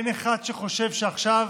אין אחד שחושב שעכשיו